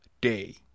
day